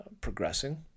progressing